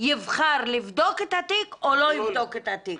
יבחר לבדוק את התיק או לא לבדוק את התיק?